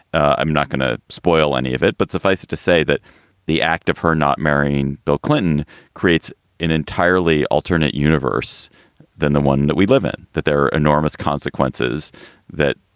i'm not going to spoil any of it. but suffice it to say that the act of her not marrying bill clinton creates an entirely alternate universe than the one that we live in. that there are enormous consequences that